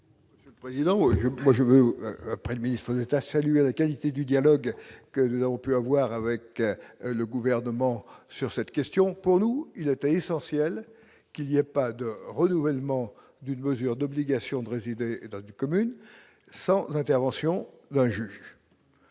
Président, je crois, je veux après le ministre d'État, saluer la qualité du dialogue que nous avons pu avoir avec le gouvernement sur cette question, pour nous, il était essentiel qu'il y a pas de renouvellement d'une mesure d'obligation de résider du commune sans intervention d'un juge